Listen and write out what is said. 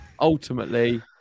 Ultimately